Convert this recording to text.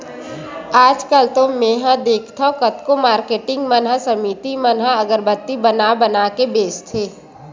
आजकल तो मेंहा देखथँव कतको मारकेटिंग मन के समिति मन ह अगरबत्ती बना बना के बेंचथे